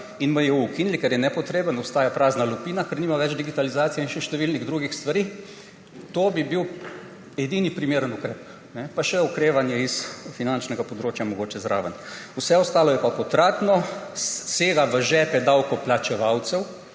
in MJU ukinili, ker je nepotreben, ostaja prazna lupina, ker nima več digitalizacije in še številnih drugih stvari. To bi bil edini primeren ukrep. Pa še okrevanje s finančnega področja mogoče zraven. Vse ostalo je pa potratno, sega v žepe davkoplačevalcev.